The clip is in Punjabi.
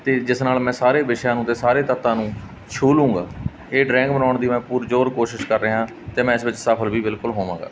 ਅਤੇ ਜਿਸ ਨਾਲ ਮੈਂ ਸਾਰੇ ਵਿਸ਼ਿਆਂ ਨੂੰ ਅਤੇ ਸਾਰੇ ਤੱਤਾਂ ਨੂੰ ਛੂਹ ਲੂੰਗਾ ਇਹ ਡਰਾਇੰਗ ਬਣਾਉਣ ਦੀ ਮੈਂ ਪੁਰਜ਼ੋਰ ਕੋਸ਼ਿਸ਼ ਕਰ ਰਿਹਾ ਅਤੇ ਮੈਂ ਇਸ ਵਿੱਚ ਸਫਲ ਵੀ ਬਿਲਕੁਲ ਹੋਵਾਂਗਾ